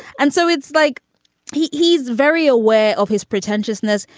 and so it's like he's he's very aware of his pretentiousness.